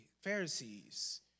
Pharisees